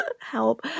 Help